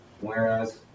Whereas